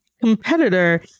competitor